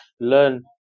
learn